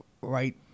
right